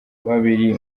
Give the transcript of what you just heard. babiri